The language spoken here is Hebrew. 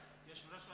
ליושב-ראש הקואליציה.